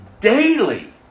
Daily